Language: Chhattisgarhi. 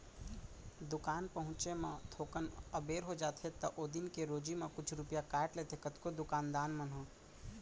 दुकान पहुँचे म थोकन अबेर हो जाथे त ओ दिन के रोजी म कुछ रूपिया काट लेथें कतको दुकान दान मन ह